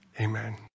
Amen